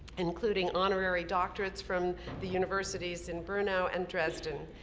including honorary doctorates from the universities in brno and dresden.